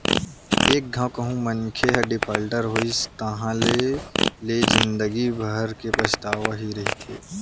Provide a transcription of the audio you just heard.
एक घांव कहूँ मनखे ह डिफाल्टर होइस ताहाँले ले जिंदगी भर के पछतावा ही रहिथे